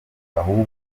ahubwo